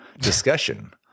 Discussion